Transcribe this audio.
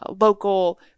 local